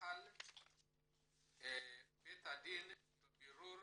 החל בית הדין בבירור